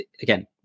again